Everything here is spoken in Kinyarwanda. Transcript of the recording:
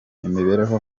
imibereho